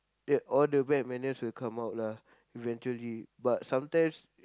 that all the bad manners will come out lah eventually but sometimes